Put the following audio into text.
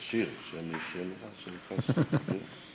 יש את השיר: "שלי שלך שלך שלי".